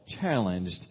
challenged